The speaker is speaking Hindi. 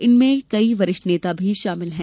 इनमें कई वरिष्ठ नेता भी शामिल हैं